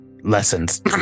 lessons